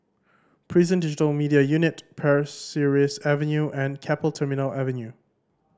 Prison Digital Media Unit Pasir Ris Avenue and Keppel Terminal Avenue